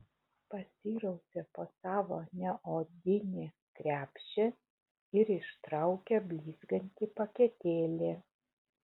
pasirausė po savo neodinį krepšį ir ištraukė blizgantį paketėlį